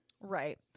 Right